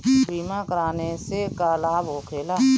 बीमा कराने से का लाभ होखेला?